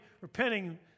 repenting